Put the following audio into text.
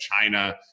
China